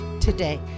today